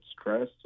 stress